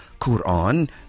Quran